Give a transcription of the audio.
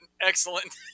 excellent